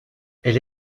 elle